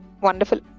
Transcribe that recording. Wonderful